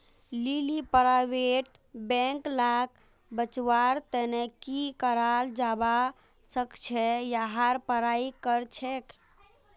लीली private bank लाक बचव्वार तने की कराल जाबा सखछेक यहार पढ़ाई करछेक